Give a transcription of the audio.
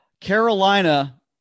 Carolina